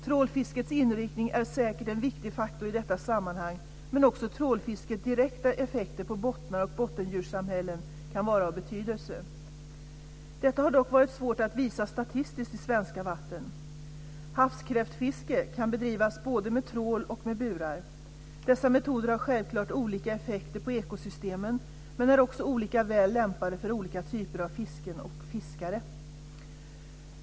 Trålfiskets inriktning är säkert en viktig faktor i detta sammanhang, men också trålfiskets direkta effekter på bottnar och bottendjurssamhällen kan vara av betydelse. Detta har dock varit svårt att visa statistiskt i svenska vatten. Havskräftfiske kan bedrivas både med trål och med burar. Dessa metoder har självklart olika effekter på ekosystemen men är också olika väl lämpade för olika typer av fisken och fiskare.